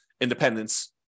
independence